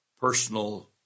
personal